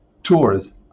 Tours